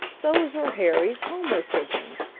those are harry's homer pigeons,